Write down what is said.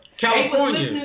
California